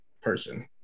person